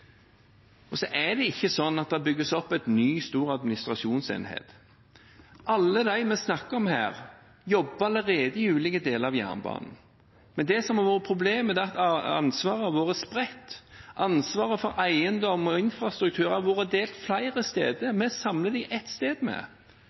Så er det ikke slik at det bygges opp en ny, stor administrasjonsenhet. Alle dem vi snakker om her, jobber allerede i ulike deler av jernbanesektoren. Men det som har vært problemet, er at ansvaret har vært spredt. Ansvaret for eiendom og infrastruktur har vært fordelt over flere steder.